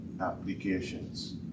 applications